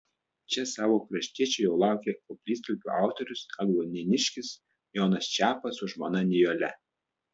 čia savo kraštiečių jau laukė koplytstulpio autorius agluonėniškis jonas čepas su žmona nijole